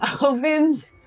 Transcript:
opens